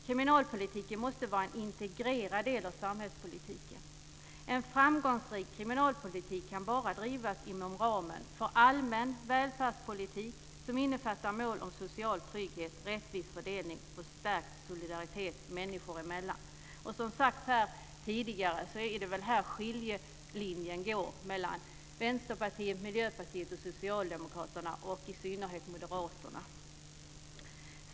Kriminalpolitiken måste vara en integrerad del av samhällspolitiken. En framgångsrik kriminalpolitik kan bara drivas inom ramen för allmän välfärdspolitik, som innefattar mål om social trygghet, rättvis fördelning och stärkt solidaritet människor emellan. Som sagts tidigare, är det väl här skiljelinjen går mellan Vänsterpartiet, Miljöpartiet och Socialdemokraterna å ena sidan och i synnerhet Moderaterna å andra sidan.